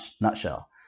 nutshell